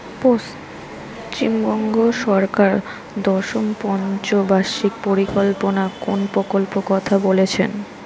পশ্চিমবঙ্গ সরকার দশম পঞ্চ বার্ষিক পরিকল্পনা কোন প্রকল্প কথা বলেছেন?